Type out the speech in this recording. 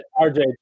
RJ